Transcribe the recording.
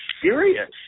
serious